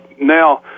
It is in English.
now